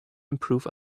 improve